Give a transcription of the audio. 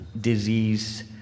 disease